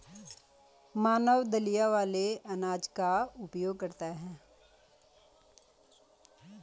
मानव दलिया वाले अनाज का उपभोग करता है